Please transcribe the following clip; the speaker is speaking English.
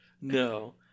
No